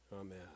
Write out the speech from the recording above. Amen